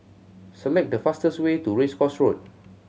select the fastest way to Race Course Road